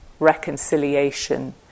reconciliation